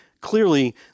Clearly